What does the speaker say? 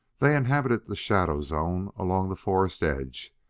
they inhabited the shadowed zone along the forest edge.